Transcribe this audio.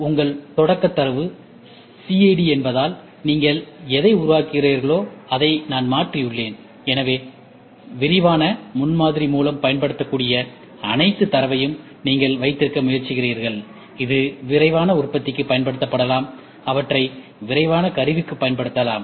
உங்கள் தொடக்கத் தரவு சிஏடி என்பதால் நீங்கள் எதை உருவாக்குகிறீர்களோ அதை நான் மாற்றியுள்ளேன் எனவே விரைவான முன்மாதிரி மூலம் பயன்படுத்தக்கூடிய அனைத்து தரவையும் நீங்கள் வைத்திருக்க முயற்சிக்கிறீர்கள் இது விரைவான உற்பத்திக்கு பயன்படுத்தப்படலாம் அவற்றைப் விரைவான கருவிக்கு பயன்படுத்தலாம்